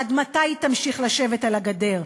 עד מתי תמשיך לשבת על הגדר?